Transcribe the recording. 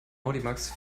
audimax